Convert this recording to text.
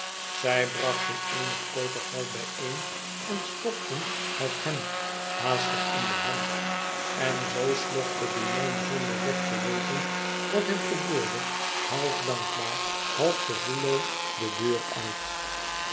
zij brachten eenig kopergeld bijeen en stopten het hem haastig in de hand en zoo slofte de jongen zonder recht te weten wat hem gebeurde half dankbaar half gevoelloos de deur uit